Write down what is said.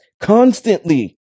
constantly